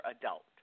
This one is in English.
adult